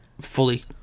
fully